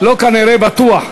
לא כנראה, בטוח,